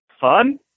fun